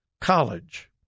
college